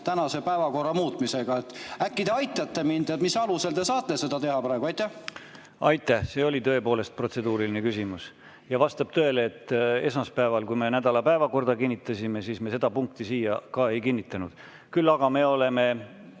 tänase päevakorra muutmisega. Äkki te aitate mind, mille alusel te saate seda teha praegu? Aitäh! See oli tõepoolest protseduuriline küsimus. Vastab tõele, et esmaspäeval, kui me nädala päevakorda kinnitasime, siis me seda punkti siia ei kinnitanud. Küll aga me oleme